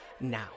Now